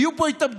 יהיו פה התאבדויות,